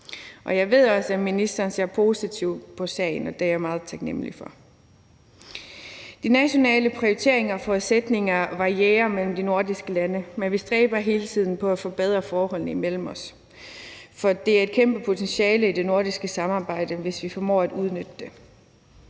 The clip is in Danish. Jeg ved også, at ministeren ser positivt på sagen, og det er jeg meget taknemmelig for. De nationale prioriteringer og forudsætninger varierer mellem de nordiske lande, men vi stræber hele tiden efter at forbedre forholdene imellem os. For der er et kæmpe potentiale i det nordiske samarbejde, hvis vi formår at udnytte det.